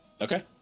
Okay